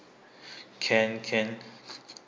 can can